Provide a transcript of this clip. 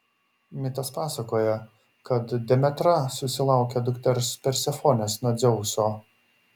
mitas pasakoja kad demetra susilaukia dukters persefonės nuo dzeuso